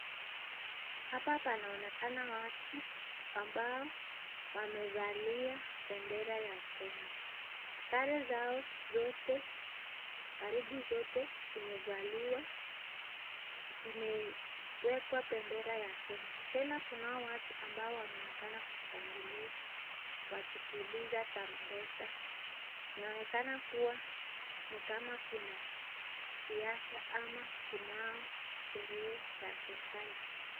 Hapa kunaonekana watu ambao wamevalia bendera ya kenya. Sare zao karibu zote zimevaliwa, zimewekwa bendera ya kenya tena kunao watu ambao wanaonekana kushangilia wakipuliza tarumbeta. Inaonekana kuwa ni kama kuna siasa ama kunao sherehe ya serekali.